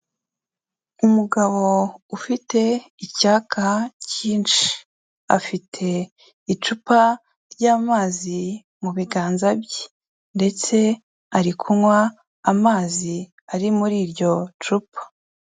Umugabo ufite icyaka cyinshi. afite icupa ry'amazi mu biganza bye ndetse ari kunywa amazi ari muri iryo cupa.